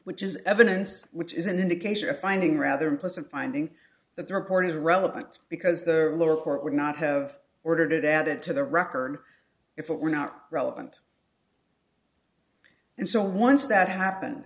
which is evidence which is an indication of finding rather unpleasant finding that the record is relevant because the lower court would not have ordered it added to the record if it were not relevant and so once that happened